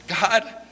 God